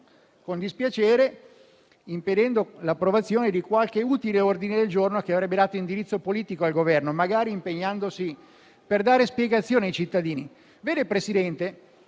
con dispiacere - impedendo l'approvazione di qualche utile ordine del giorno che avrebbe dato indirizzo politico al Governo, magari impegnandolo a dare spiegazioni ai cittadini. Vede, signor Presidente,